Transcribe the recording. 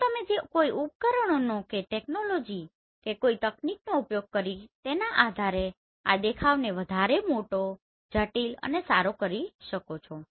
તો તમે જે કોઈ ઉપકરણનો કે ટેકનોલોજી કે કોઈ તકનીક નોઉપયોગ કરી તેના આધારે તમે આ દેખાવને વધારે મોટોજટિલ અને સારો કરી શકો છો